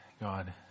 God